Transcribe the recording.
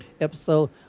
Episode